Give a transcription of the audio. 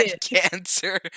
cancer